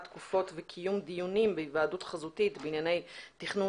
תקופות וקיום דיונים בהיוועדות חזותית בענייני תכנון